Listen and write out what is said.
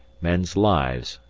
men's lives,